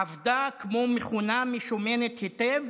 עבדה כמו מכונה משומנת היטב